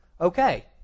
okay